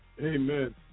amen